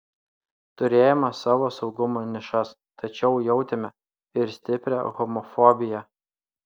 turėjome savo saugumo nišas tačiau jautėme ir stiprią homofobiją